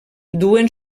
duen